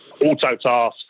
Autotask